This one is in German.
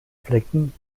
flecken